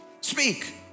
speak